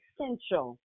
essential